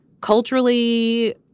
culturally